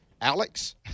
Alex